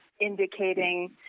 indicating